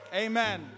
Amen